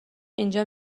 اینجا